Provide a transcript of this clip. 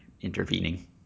intervening